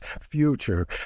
future